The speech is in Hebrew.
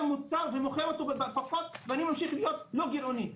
מוצר ומוכר אותו בפחות ואני ממשיך להיות לא גירעוני.